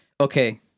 okay